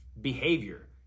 behavior